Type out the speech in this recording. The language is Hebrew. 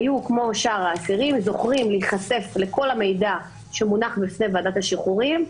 היו כמו שאר האסירים זוכים להיחשף לכל המידע שמונח בפני ועדת השחרורים.